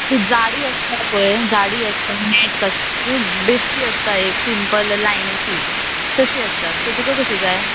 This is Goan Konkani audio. जाडी आसता पळय जाडी आसता बेश्टी आसता एक सिंपल म्हणल्यार लायणिची तशी आसाता सो तुका कशी जाय